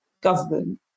government